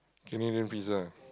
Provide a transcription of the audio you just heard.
Canadian-Pizza